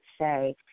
say